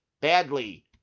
badly